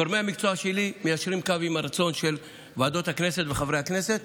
גורמי המקצוע שלי מיישרים קו עם הרצון של ועדות הכנסת וחברי הכנסת.